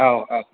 औ औ